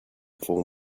full